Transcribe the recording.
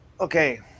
Okay